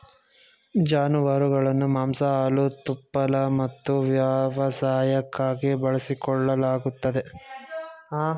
ಜಾನುವಾರುಗಳನ್ನು ಮಾಂಸ ಹಾಲು ತುಪ್ಪಳ ಮತ್ತು ವ್ಯವಸಾಯಕ್ಕಾಗಿ ಬಳಸಿಕೊಳ್ಳಲಾಗುತ್ತದೆ